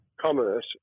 commerce